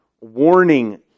warning